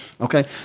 Okay